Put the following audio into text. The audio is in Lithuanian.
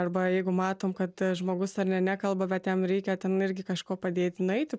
arba jeigu matom kad žmogus ar ne nekalba bet jam reikia ten irgi kažkuo padėti nueiti